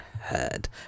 heard